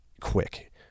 quick